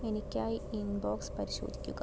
എനിക്കായി ഇൻബോക്സ് പരിശോധിക്കുക